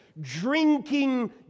drinking